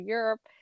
Europe